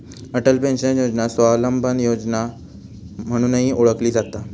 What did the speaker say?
Atal pension योजना स्वावलंबन योजना म्हणूनही ओळखली जाता